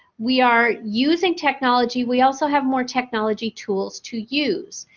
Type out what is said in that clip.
we are using technology. we also have more technology tools to use.